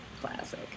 classic